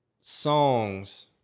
songs